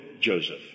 Joseph